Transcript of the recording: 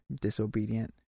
disobedient